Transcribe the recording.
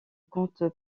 compte